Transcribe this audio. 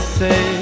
say